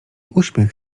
uśmiech